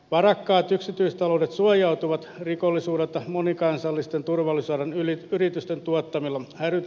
varakkaat yksityistaloudet suojautuvat rikollisuuden tai monikansallisten turvallisuuden yli yritysten tuottavilla häiritä